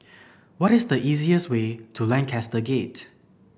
what is the easiest way to Lancaster Gate